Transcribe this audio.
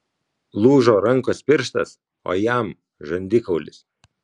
lūžo rankos pirštas o jam žandikaulis